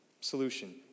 solution